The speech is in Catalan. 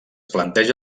planteja